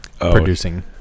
producing